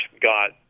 got